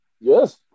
Yes